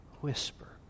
whisper